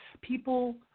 People